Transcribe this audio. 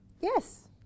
Yes